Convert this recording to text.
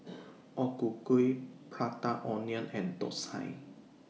O Ku Kueh Prata Onion and Thosai